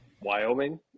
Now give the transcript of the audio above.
Wyoming